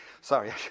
sorry